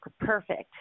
perfect